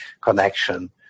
connection